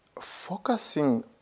focusing